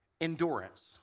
endurance